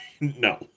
No